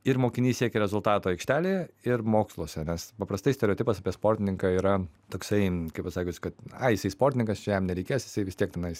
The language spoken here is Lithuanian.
ir mokiniai siekia rezultatų aikštelėje ir moksluose nes paprastai stereotipas apie sportininką yra toksai kaip pasakius kad ai jisai sportininkas čia jam nereikės jisai vis tiek tenais